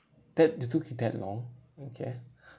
that it took you that long okay